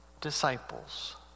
disciples